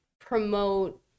promote